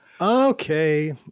Okay